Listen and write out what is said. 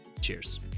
cheers